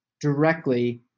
directly